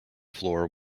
floor